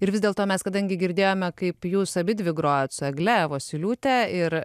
ir vis dėl to mes kadangi girdėjome kaip jūs abidvi grojot su egle vosyliūte ir